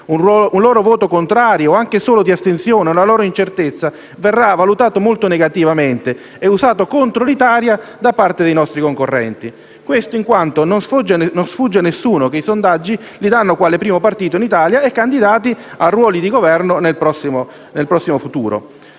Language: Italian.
Un loro voto contrario o anche solo di astensione o una loro incertezza verranno valutati molto negativamente e usati contro l'Italia da parte dei nostri concorrenti, perché non sfugge a nessuno che i sondaggi danno il Movimento 5 Stelle quale primo partito in Italia e candidato a un ruolo di Governo nel prossimo futuro.